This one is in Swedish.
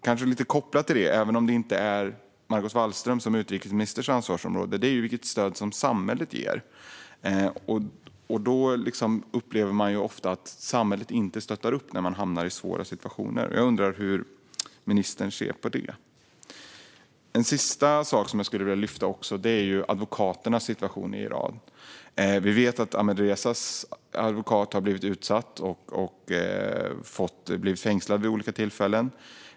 Kanske lite kopplad till detta - även om det inte är Margot Wallströms ansvarsområde som utrikesminister - är frågan om vilket stöd samhället ger. Människor upplever ofta att samhället inte stöttar dem när de hamnar i svåra situationer. Jag undrar hur ministern ser på det. En sista sak jag skulle vilja lyfta är advokaternas situation i Iran. Vi vet att Ahmadrezas advokat har varit utsatt och blivit fängslad vid olika tillfällen.